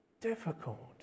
difficult